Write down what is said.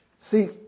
See